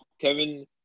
Kevin